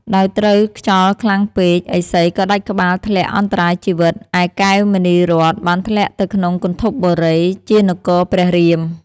ដោយត្រូវខ្យល់ខ្លាំងពេក ឥសីក៏ដាច់ក្បាលធ្លាក់អន្តរាយជីវិត ឯកែវមណីរត្ន បានធ្លាក់ទៅក្នុងគន្ធពបុរី ជានគរព្រះរៀម។